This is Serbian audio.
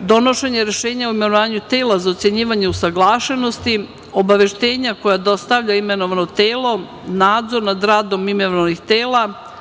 donošenje rešenja o imenovanju tela za ocenjivanje usaglašenosti, obaveštenja koje dostavlja imenovano telo, nadzor nad radom imenovanog tela,